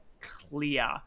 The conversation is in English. clear